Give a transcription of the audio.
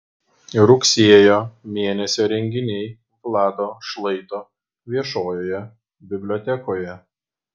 rugsėjo mėnesio renginiai vlado šlaito viešojoje bibliotekoje